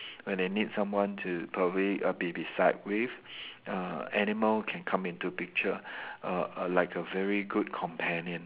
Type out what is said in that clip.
when they need someone to probably err be beside with uh animal can come into the picture a a like a very good companion